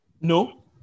No